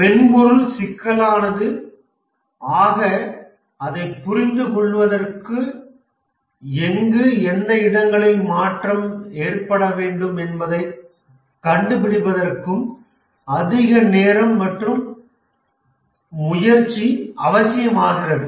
ஒரு மென்பொருள் சிக்கலானது ஆக ஆக அதை புரிந்துகொள்வதற்கும் எங்கு எந்த இடங்களில் மாற்றம் ஏற்பட வேண்டும் என்பதைக் கண்டுபிடிப்பதற்கும் அதிக நேரம் மற்றும் முயற்சி அவசியமாகிறது